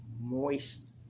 moist